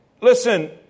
listen